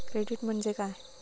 Credit म्हणजे काय?